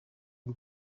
w’u